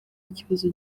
ikibazo